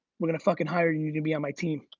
we're gonna fucking hire you to be on my team.